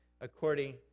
according